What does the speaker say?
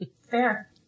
Fair